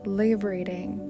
liberating